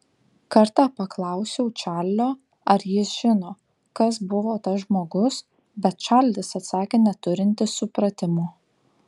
kartą paklausiau čarlio ar jis žino kas buvo tas žmogus bet čarlis atsakė neturintis supratimo